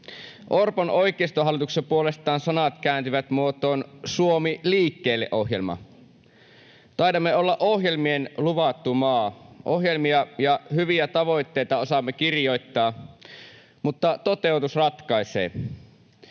Orpon oikeistohallituksessa puolestaan sanat kääntyvät muotoon Suomi liikkeelle ‑ohjelma. Taidamme olla ohjelmien luvattu maa. Ohjelmia ja hyviä tavoitteita osaamme kirjoittaa, mutta toteutus ratkaisee.